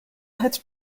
head